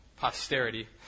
posterity